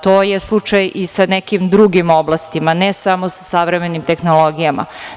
To je slučaj i sa nekim drugim oblastima, ne samo sa savremenim tehnologijama.